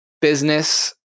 business